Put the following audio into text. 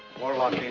warlock.